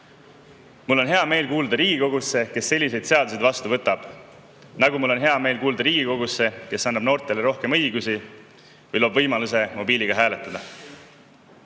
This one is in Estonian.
Mul on hea meel kuuluda Riigikogusse, kes selliseid seadusi vastu võtab, nagu mul on hea meel kuuluda Riigikogusse, kes annab noortele rohkem õigusi või loob võimaluse mobiiliga hääletada.